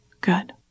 Good